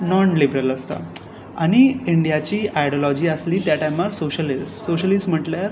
non liberal आसता आनी इंडियाची आयडलॉजी आसली त्या टायमार सोशलिस्ट सोशलिस्ट म्हणल्यार